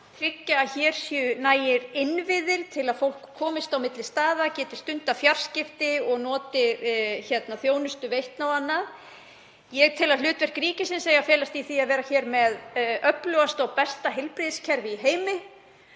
tryggja að hér séu nægir innviðir til að fólk komist á milli staða, geti stundað fjarskipti, notið þjónustuveitna og annað. Ég tel að hlutverk ríkisins eigi að felast í því að vera með öflugasta og besta heilbrigðiskerfi í heimi,